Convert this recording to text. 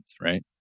right